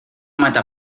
mata